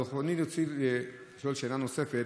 ברצוני לשאול שאלה נוספת.